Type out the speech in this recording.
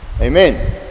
Amen